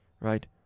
right